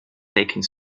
taking